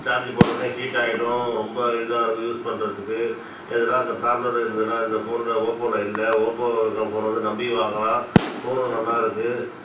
charge போட்ட ஒடனே heat ஆகிடும் ரொம்ப இதாக இருக்கும் யூஸ் பண்றதுக்கு எதனா இந்த ப்ராப்ளம் இருந்ததுனா இந்த ஃபோனில் ஓப்போவில் இல்லை ஓப்போ ஃபோனை வந்து நம்பி வாங்கலாம் ஃபோனும் நல்லா இருக்குது